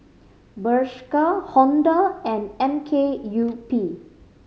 Bershka Honda and M K U P